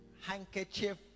handkerchief